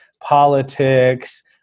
politics